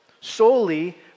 solely